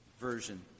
Version